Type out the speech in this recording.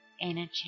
energy